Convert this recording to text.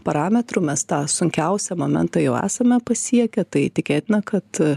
parametrų mes tą sunkiausią momentą jau esame pasiekę tai tikėtina kad